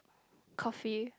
coffee